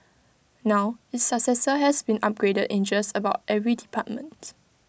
now its successor has been upgraded in just about every department